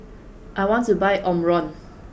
I want to buy Omron